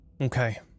Okay